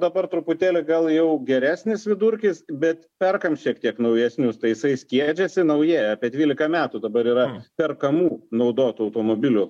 dabar truputėlį gal jau geresnis vidurkis bet perkam šiek tiek naujesnius tai jisai skiedžiasi nauji apie dvylika metų dabar yra perkamų naudotų automobilių